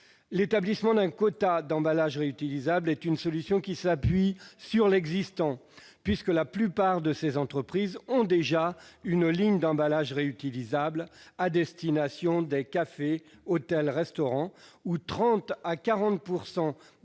L'instauration d'un quota d'emballages réutilisables est une solution qui s'appuie sur l'existant, puisque la plupart de ces entreprises disposent déjà d'une ligne d'emballages réutilisables à destination des cafés, hôtels et restaurants, secteur